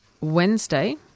Wednesday